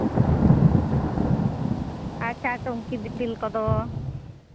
ᱚᱻ ᱟᱪᱪᱷᱟ ᱴᱩᱝᱠᱤ ᱫᱤᱯᱤᱞ ᱠᱚᱫᱚ